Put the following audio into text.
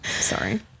Sorry